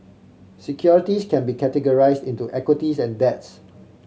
securities can be categorize into equities and debts